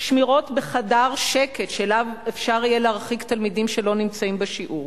שמירות בחדר שקט שאליו אפשר יהיה להרחיק תלמידים שלא נמצאים בשיעור.